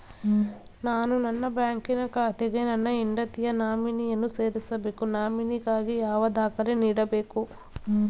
ನಾನು ನನ್ನ ಬ್ಯಾಂಕಿನ ಖಾತೆಗೆ ನನ್ನ ಹೆಂಡತಿಯ ನಾಮಿನಿಯನ್ನು ಸೇರಿಸಬೇಕು ನಾಮಿನಿಗಾಗಿ ಯಾವ ದಾಖಲೆ ನೀಡಬೇಕು?